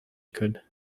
could